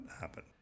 happen